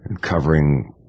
covering